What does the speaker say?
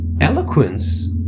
Eloquence